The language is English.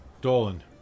Dolan